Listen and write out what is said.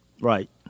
Right